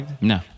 No